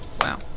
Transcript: Wow